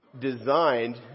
designed